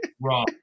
wrong